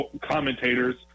commentators